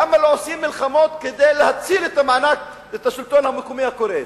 למה לא עושים מלחמות כדי להציל את השלטון המקומי הקורס?